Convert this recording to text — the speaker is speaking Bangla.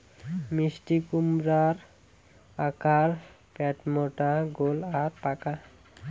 মিষ্টিকুমড়ার আকার প্যাটমোটা গোল আর পাকা